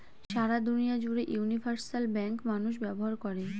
সারা দুনিয়া জুড়ে universal bank মানুষ ব্যবহার করে